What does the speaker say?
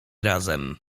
razem